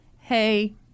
hey